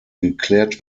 geklärt